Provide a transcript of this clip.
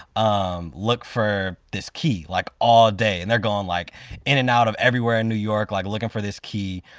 um look for this key like all day. and they're going like in and out of everywhere in new york like looking for this key.